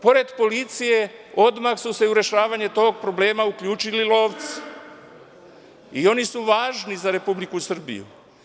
Pored policije, odmah su se u rešavanje tog problema uključili lovci i oni su važni za Republiku Srbiju.